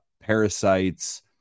parasites